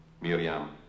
Miriam